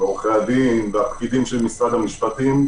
עורכי הדין והפקידים של משרד המשפטים,